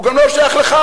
הוא גם לא שייך לך,